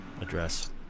address